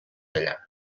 allà